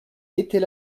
étais